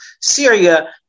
Syria